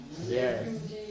Yes